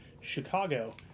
Chicago